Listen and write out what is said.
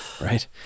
Right